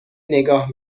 نگاه